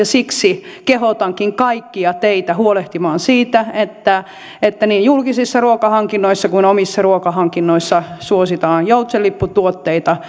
siksi kehotankin kaikkia teitä huolehtimaan siitä että että niin julkisissa ruokahankinnoissa kuin omissa ruokahankinnoissa suositaan joutsenlipputuotteita